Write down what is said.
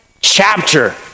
chapter